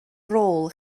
rôl